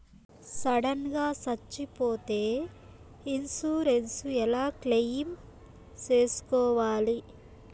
Sudden గా సచ్చిపోతే insurance ఎలా క్లెయిమ్ సేసుకోవాలి?